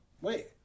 Wait